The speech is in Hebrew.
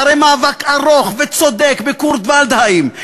אחרי מאבק ארוך וצודק בקורט ולדהיים,